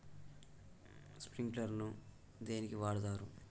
Sprinkler ను దేనికి వాడుతరు?